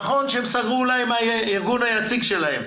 נכון שהם אולי סגרו עם הארגון היציג שלהם.